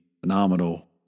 phenomenal